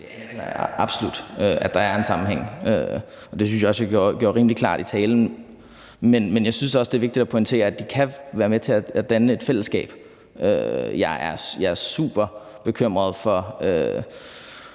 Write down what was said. absolut, altså at der er en sammenhæng, og det synes jeg også at jeg gjorde rimelig klart i talen. Men jeg synes også, at det er vigtigt at pointere, at de kan være med til at danne et fællesskab. Jeg er super bekymret for,